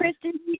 Kristen